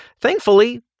Thankfully